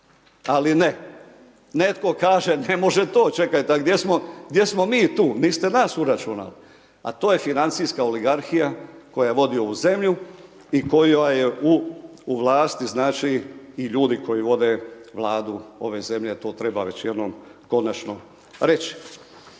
ali ne, netko kaže ne može to, čekajte a gdje smo mi tu, niste nas uračunali a to je financijska oligarhija koja vodi ovu zemlju i koja je u vlasti znači i ljudi koji vode Vladu ove zemlje, to treba već jednom konačno reći.